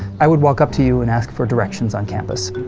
i would walk up to you and ask for directions on campus.